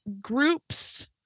groups